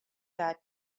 that